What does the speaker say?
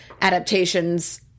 adaptations